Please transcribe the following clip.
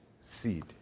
seed